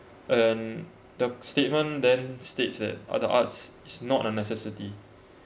and the statement then states that all the arts is not a necessity